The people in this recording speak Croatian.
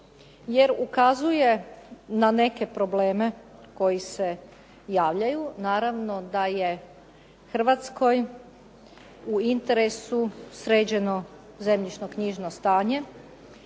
jer ukazuje na neke probleme koji se javljaju. Naravno da je Hrvatskoj u interesu sređeno zemljišno-knjižno stanje